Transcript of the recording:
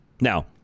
Now